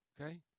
Okay